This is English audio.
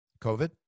COVID